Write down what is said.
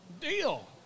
deal